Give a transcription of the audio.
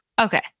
Okay